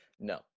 No